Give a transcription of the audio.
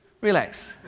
Relax